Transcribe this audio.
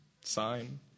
sign